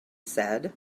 said